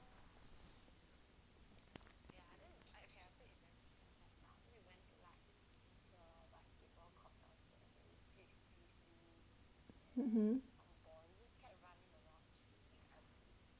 (uh huh)